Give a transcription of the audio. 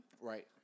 Right